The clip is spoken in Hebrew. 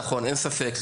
נכון, אין ספק.